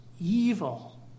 evil